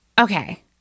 Okay